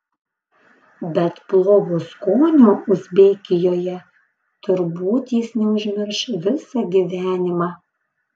bet plovo skonio uzbekijoje turbūt jis neužmirš visą gyvenimą